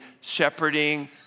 shepherding